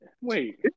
Wait